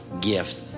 gift